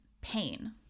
pain